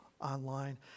online